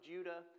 Judah